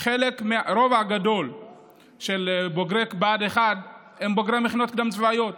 הרוב הגדול של בוגרי בה"ד 1 הם בוגרי מכינות קדם-צבאיות.